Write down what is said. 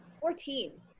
Fourteen